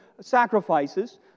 sacrifices